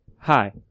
Hi